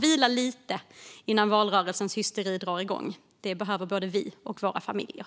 Vila lite innan valrörelsens hysteri drar igång! Det behöver både vi och våra familjer.